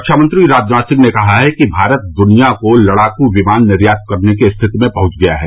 रक्षामंत्री राजनाथ सिंह ने कहा कि भारत दुनिया को लड़ाकू विमान निर्यात करने की स्थिति में पहुंच गया है